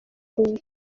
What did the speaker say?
huye